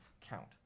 count